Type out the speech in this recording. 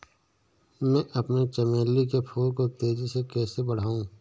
मैं अपने चमेली के फूल को तेजी से कैसे बढाऊं?